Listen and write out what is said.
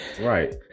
right